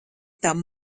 tam